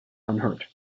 unhurt